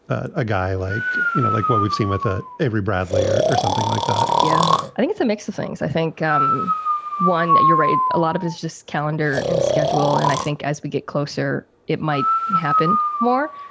ah a guy like, you know, like what we've seen with ah every bradley or or something like that yeah, i think it's a mix of things. i think um one you're right, a lot of it's just calendar and schedule. and i think as we get closer, it might happen more,